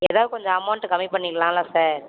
எதாவது கொஞ்சம் அமௌண்ட் கம்மி பண்ணிக்கலாமில்ல சார்